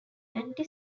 anti